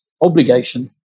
obligation